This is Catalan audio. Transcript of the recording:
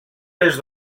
les